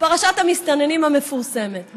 פרשת המסתננים המפורסמת.